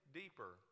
deeper